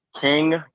King